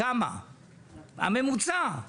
יש לנו את